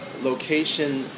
location